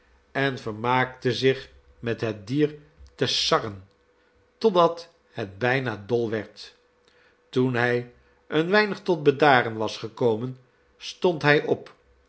en vermaakte zich met het dier te sarren totdat het bijna dol werd toen hij een weinig tot bedaren was gekomen stond hij op